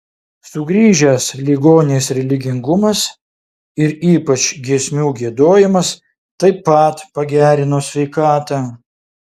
sugrįžęs ligonės religingumas ir ypač giesmių giedojimas taip pat pagerino sveikatą